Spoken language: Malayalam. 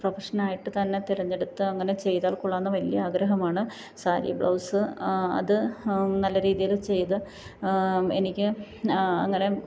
പ്രഫഷനായിട്ട് തന്നെ തെരഞ്ഞെടുത്ത് അങ്ങനെ ചെയ്താൽ കൊള്ളാമെന്ന് വലിയ ആഗ്രഹമാണ് സാരീ ബ്ലൗസ് അത് നല്ല രീതിയിൽ ചെയ്ത് എനിക്ക് അങ്ങനെ